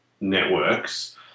networks